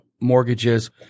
mortgages